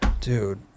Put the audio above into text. Dude